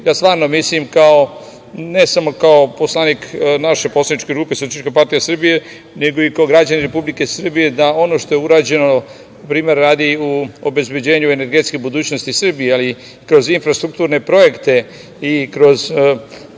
Stvarno mislim ne samo kao poslanik naše poslaničke grupe SPS, nego i kao građanin Republike Srbije da ono što je urađeno, primera radi u obezbeđenju energetske budućnosti Srbije, ali kroz infrastrukturne projekte i kroz